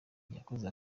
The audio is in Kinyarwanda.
yakoze